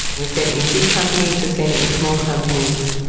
we've seen it in big companies, we've seen it in small companies,